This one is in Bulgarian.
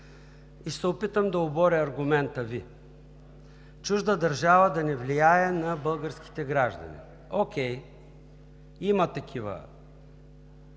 и ще се опитам да оборя аргумента Ви. Чужда държава да не влияе на българските граждани – окей, има такива